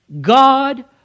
God